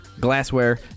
glassware